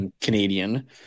Canadian